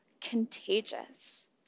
contagious